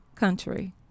country